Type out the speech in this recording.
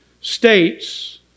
states